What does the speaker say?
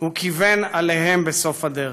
כיוון אליהם בסוף הדרך.